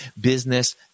business